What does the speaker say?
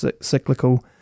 cyclical